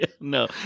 no